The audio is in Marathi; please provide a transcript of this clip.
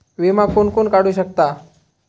विमा कोण कोण काढू शकता?